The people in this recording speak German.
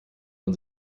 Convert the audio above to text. man